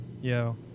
Yo